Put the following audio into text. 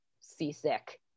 seasick